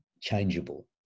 changeable